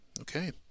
okay